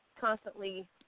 constantly